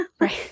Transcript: Right